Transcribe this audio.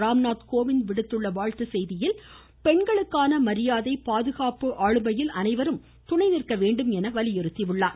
ராம் நாத் கோவிந்த் விடுத்துள்ள வாழ்த்து செய்தியில் பெண்களுக்கான மரியாதை பாதுகாப்பு அளுமையில் அனைவரும் துணை நிற்க வேண்டும் என வலியுறுத்தியுள்ளார்